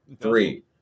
Three